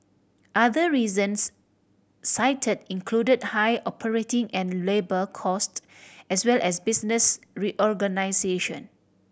other reasons cited included high operating and labour cost as well as business reorganisation